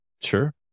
Sure